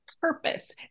Purpose